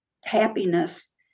happiness